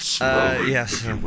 yes